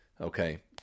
Okay